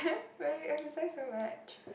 but you exercise so much